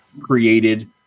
created